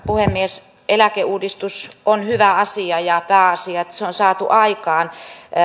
puhemies eläkeuudistus on hyvä asia ja pääasia on että se on saatu aikaan